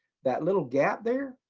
that little gap there,